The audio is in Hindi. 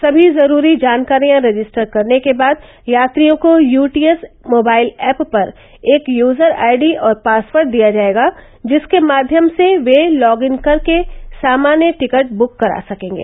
सभी जरूरी जानकारियां रजिस्टर करने के बाद यात्रियों को U T S mobile app पर एक यूजर आई डी और पासवर्ड दिया जाएगा जिसके माध्यम से वे लॉग इन करके सामान्य टिकट बुक करा सकेंगे